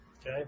okay